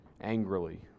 angrily